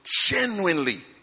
genuinely